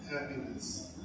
happiness